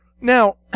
Now